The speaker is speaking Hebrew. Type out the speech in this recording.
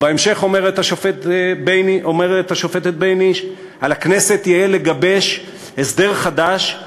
ובהמשך אומרת השופטת בייניש: "על הכנסת יהא לגבש הסדר חדש,